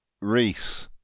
Reese